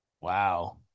Wow